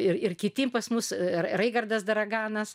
ir kitiems pas mus ir raigardas daraganas